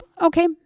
Okay